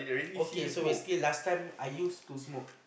okay so basically last time I use to smoke